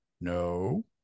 No